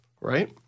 right